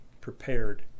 prepared